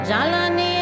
Jalani